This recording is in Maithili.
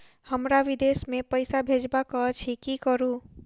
हमरा विदेश मे पैसा भेजबाक अछि की करू?